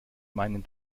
meinen